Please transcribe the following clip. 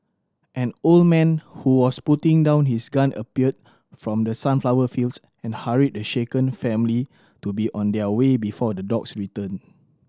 an old man who was putting down his gun appeared from the sunflower fields and hurried the shaken family to be on their way before the dogs return